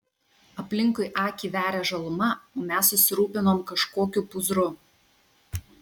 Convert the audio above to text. aplinkui akį veria žaluma o mes susirūpinom kažkokiu pūzru